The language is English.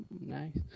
Nice